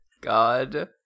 God